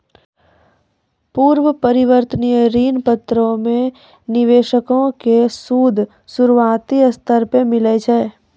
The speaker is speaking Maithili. पूर्ण परिवर्तनीय ऋण पत्रो मे निवेशको के सूद शुरुआती स्तर पे मिलै छै